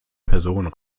personen